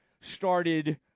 started